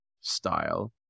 style